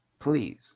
Please